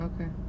Okay